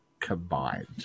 combined